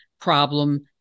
problem